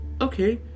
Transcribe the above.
Okay